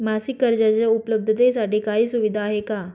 मासिक कर्जाच्या उपलब्धतेसाठी काही सुविधा आहे का?